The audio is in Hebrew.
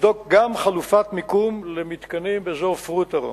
ולבדוק גם חלופת מיקום למתקנים באזור "פרוטרום".